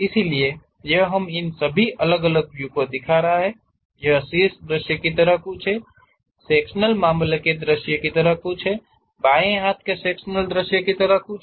इसलिए यहां हम इन सभी अलग अलग व्यू को दिखा रहे हैं यह शीर्ष दृश्य की तरह कुछ है सेक्शनल सामने के दृश्य की तरह कुछ बाएं हाथ के सेक्शनल दृश्य की तरह कुछ